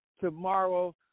tomorrow